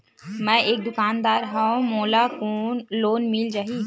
मै एक दुकानदार हवय मोला लोन मिल जाही?